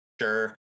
Sure